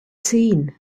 seen